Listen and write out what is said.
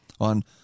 on